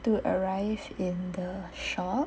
to arrive in the shore